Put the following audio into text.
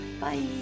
Bye